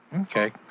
Okay